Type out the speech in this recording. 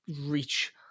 reach